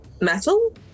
metal